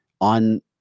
on